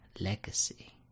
legacy